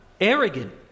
arrogant